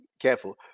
careful